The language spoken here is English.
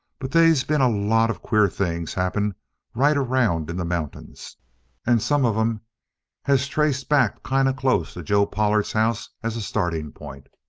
but they's been a lot of queer things happen right around in the mountains and some of em has traced back kind of close to joe pollard's house as a starting point.